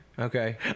Okay